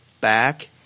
back